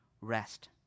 rest